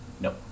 Nope